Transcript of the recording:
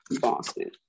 Boston